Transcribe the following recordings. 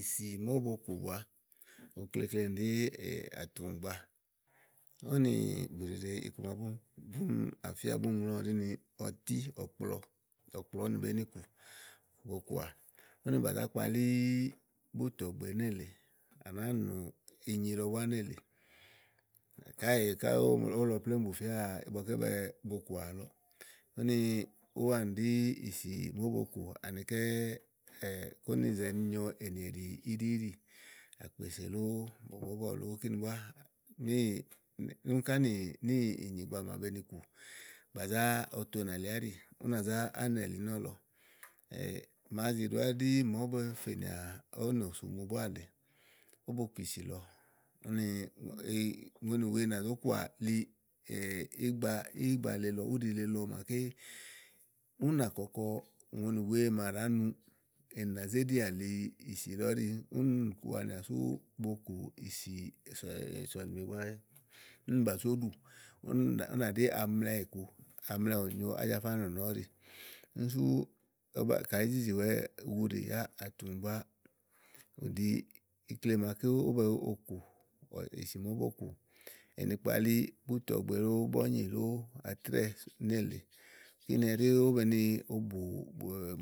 ìsi màa ówó bo kù bua. ukleklenì ɖí àtùŋgba ówò nì bùɖiɖe iku ma búni àfía búni ŋlɔówo ɖi ni ɔtí ɔ̀kplɔ, ɔ̀kplɔ úni be ni kù, òkùà úni bà zá kplalí bútɔ̀ɔgbe nélèe, à nàáa nù inyi le búá nélèe. káèè káyí ówo lɔ plémú bù fia ígbɔké bo kù àlɔ úni úwaanì ɖí ìsì màa ówó bo kù anikɛ́ kó ni zèe nyo amlɛ nyo ènìèɖì íɖi íɖì. àkpè sè lóó, bɔ̀bɔ̀bɔ lóó kìnì búáníì úni ká nìnyìɖa búá màa be nì kù bà zá oto ùnà lià áɖì. ú ná zá ánɛ̀ linɔ̀lɔ màa zì ɖòà áɖí ɖí màa ówó be fènìà ówó nò sumu búá lèe. ówó bokù ìsì lɔ úni ùŋonì wèe nà zó kuàli ígba, ígba le lɔ úɖi le lɔ màáké ú nà kɔkɔ ùŋonì wèe màa ɖàá nu ènì nà zé ɖiàli ìsì lɔ ɔ̀ɖì. úni wanìà sú bo kù ìsì sɔ̀lìmè búá úni bà zó ɖù úni ú nà ɖí amlɛ ìku amlɛ ònyo Ájafá nɔ̀nɔ ɔ̀ɖí. úni kayì ìí zizì wa uguɖì yá àtùŋgba, ù ɖi ikle màa ké ówó bo kù ìsì màa ówó bo kù enikpalí bútɔgbe loo bɔ̀nyì lóó atrɛ́ɛ nélèe. kíni ɛɖí ówó be ni obù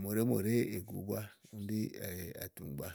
mòɖèé mòɖèé ègu búá úni ɖi àtùŋgba.